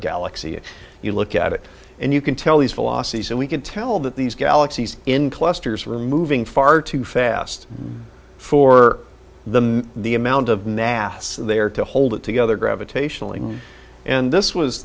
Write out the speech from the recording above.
galaxy if you look at it and you can tell these velocities and we can tell that these galaxies in clusters are moving far too fast for the the amount of mass there to hold it together gravitationally and this was